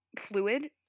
fluid